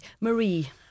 Marie